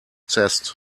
zest